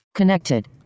Connected